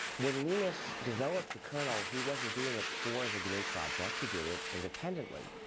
when linus developed the kernel he wasn't doing it for the gnu project. he did it independently.